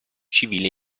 civile